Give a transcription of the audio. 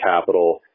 capital